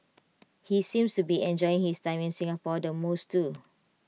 he seems to be enjoying his time in Singapore the most too